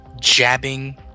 jabbing